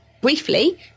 briefly